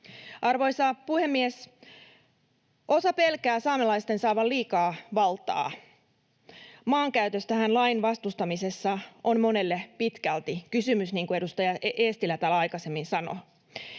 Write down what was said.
Arvoisa puhemies! Osa pelkää saamelaisten saavan liikaa valtaa. Maankäytöstähän lain vastustamisessa on monelle pitkälti kysymys, niin kuin edustaja Eestilä täällä aikaisemmin sanoi.